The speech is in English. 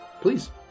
Please